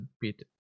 bit